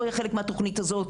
לא יהיה חלק מהתוכנית הזאת,